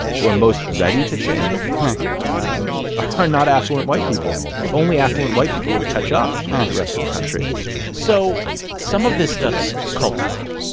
who are most ready to change um are not affluent white people. if only affluent white people would catch up with the rest of the country so some of this stuff is cultural.